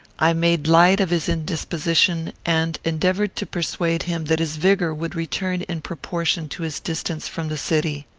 i made light of his indisposition, and endeavoured to persuade him that his vigour would return in proportion to his distance from the city.